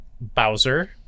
Bowser